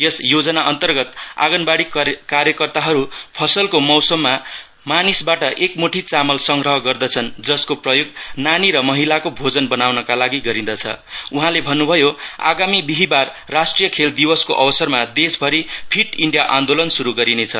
यस योजना अन्तर्गत आँगानबाडी कार्यकर्ताहरू फसलको मौसममा मानिसबाट एक मुट्टी चामल संग्रह गर्दछन् जसको प्रयोग नानी र महिलाको भोजन बनाउनका लागि गरिँदछ उहाँले भन्नुभयो आगामी बिहिबार राष्ट्रिय खेल दिवसको अवसरमा देशभरि फिट इण्डिय आन्दोलन शुरु गरिनेछ